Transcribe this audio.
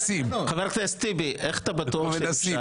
חבר הכנסת טיבי, איך אתה בטוח שאי-אפשר?